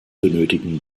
benötigen